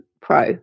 pro